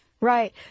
Right